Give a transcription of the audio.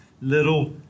little